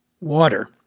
water